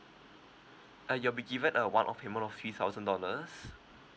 uh you'll be given a one off payment of three thousand dollars